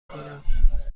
کنم